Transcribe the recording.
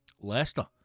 Leicester